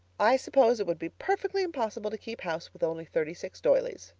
i suppose it would be perfectly impossible to keep house with only thirty-six doilies,